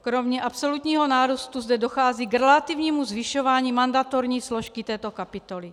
Kromě absolutního nárůstu zde dochází k relativnímu zvyšování mandatorní složky této kapitoly.